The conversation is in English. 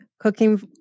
cooking